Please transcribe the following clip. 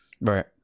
Right